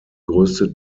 größte